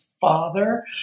father